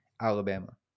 Alabama